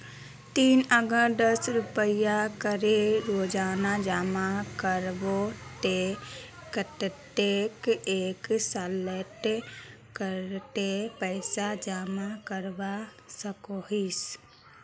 ती अगर दस रुपया करे रोजाना जमा करबो ते कतेक एक सालोत कतेला पैसा जमा करवा सकोहिस?